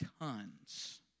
tons